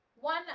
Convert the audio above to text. One